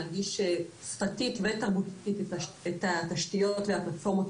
להנגיש שפתית ותרבותית את הרפורמות,